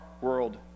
world